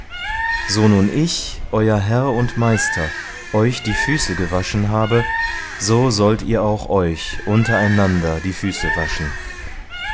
so nun ich euer herr und meister euch die füße gewaschen habe so sollt ihr auch euch untereinander die füße waschen